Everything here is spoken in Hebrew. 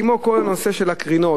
כמו כל הנושא של הקרינות,